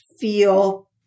feel